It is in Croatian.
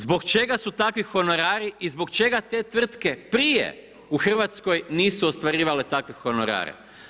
Zbog čega su takvi honorari i zbog čega te tvrtke prije u Hrvatskoj nisu ostvarivale takve honorare.